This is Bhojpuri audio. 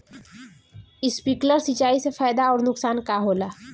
स्पिंकलर सिंचाई से फायदा अउर नुकसान का होला?